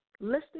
listening